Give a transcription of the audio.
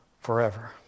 forever